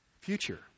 future